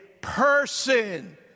person